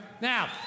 Now